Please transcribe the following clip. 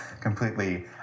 completely